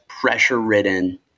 pressure-ridden